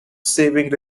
saving